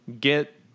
get